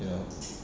ya